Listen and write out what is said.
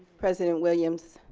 president williams,